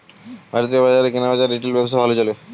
ভারতীয় বাজারে কেনাবেচার রিটেল ব্যবসা ভালো চলে